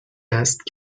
است